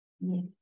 Yes